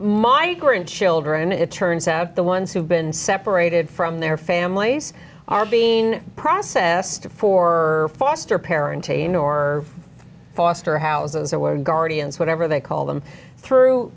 igrant children it turns out the ones who've been separated from their families are being processed for foster parenting or foster houses or were guardians whatever they call them through